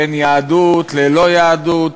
בין יהדות ללא-יהדות,